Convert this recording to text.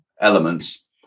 elements